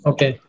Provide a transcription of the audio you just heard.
Okay